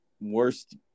worst